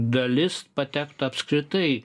dalis patektų apskritai